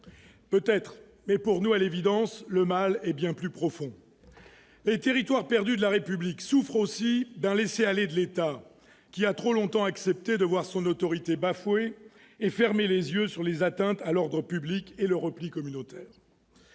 nous, le mal est, à l'évidence, bien plus profond. Les « territoires perdus de la République » souffrent aussi d'un laisser-aller de l'État, qui a trop longtemps accepté de voir son autorité bafouée et fermé les yeux sur les atteintes à l'ordre public et le repli communautaire.